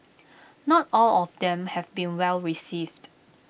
not all of them have been well received